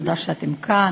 תודה שאתם כאן.